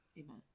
Amen